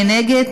מי נגד?